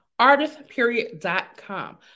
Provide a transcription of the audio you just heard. artistperiod.com